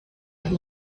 have